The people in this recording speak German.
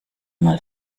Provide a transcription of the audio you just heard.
mal